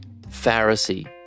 Pharisee